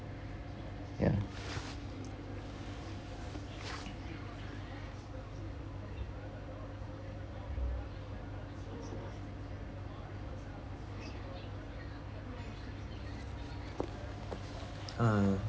ya uh